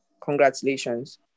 Congratulations